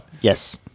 Yes